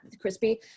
crispy